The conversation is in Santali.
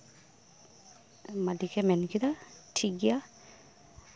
ᱢᱟᱹᱞᱤᱠᱮ ᱢᱮᱱᱠᱮᱫᱟ ᱴᱷᱤᱠ ᱜᱮᱭᱟ